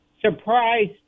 surprised